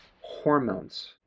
hormones